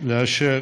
לאשר